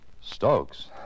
Stokes